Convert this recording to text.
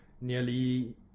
nearly